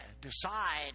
decide